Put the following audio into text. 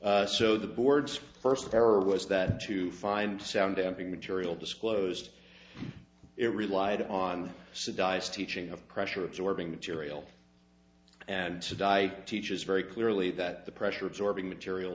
right so the boards first error was that to find sound damping material disclosed it relied on the sidibe as teaching of pressure absorbing material and to die teaches very clearly that the pressure absorbing material